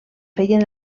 feien